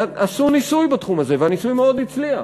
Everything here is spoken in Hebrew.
עשו ניסוי בתחום הזה, והניסוי מאוד הצליח,